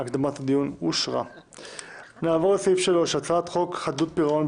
ההצעה להקדמת הדיון בהצעת חוק מענק